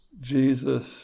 Jesus